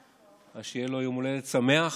אז שיהיה לו יום הולדת שמח.